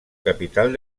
capital